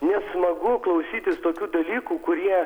nesmagu klausytis tokių dalykų kurie